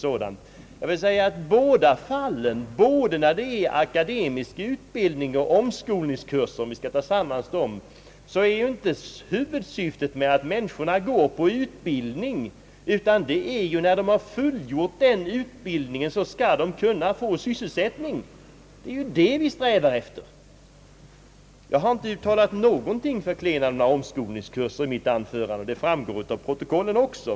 Men både när det gäller akademisk utbildning och när det gäller omskolningskurser — om vi skall sammanföra dessa två saker — är inte huvudsyfiet att människorna går på utbildning. Huvudsyftet är att de, när de fullgjort utbildningen, skall kunna få sysselsättning. Det är det vi strävar efter. Jag har inte uttalat någonting förklenande om omskolningskurser i mitt anförande. Det kommer att framgå av protokollet.